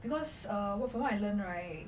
because err from what I learn right